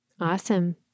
Awesome